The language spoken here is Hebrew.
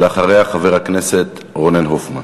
ואחריה, חבר הכנסת רונן הופמן.